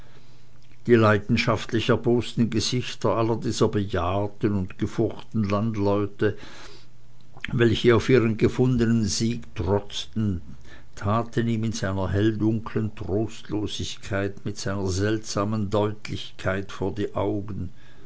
die leidenschaftlich erbosten gesichter aller dieser bejahrten und gefurchten landleute welche auf ihren gefundenen sieg trotzten traten ihm in seiner helldunklen trostlosigkeit mit einer seltsamen deutlichkeit vor die augen